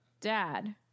dad